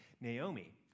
naomi